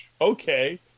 okay